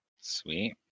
Sweet